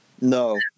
No